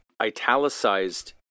italicized